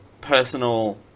personal